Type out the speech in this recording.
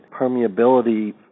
permeability